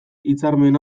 hitzarmen